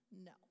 No